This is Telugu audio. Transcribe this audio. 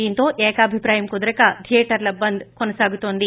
దీంతో ఏకాభిప్రాయం కుదరక ధియేటర్ల బంద్ కొనసాగుతోంది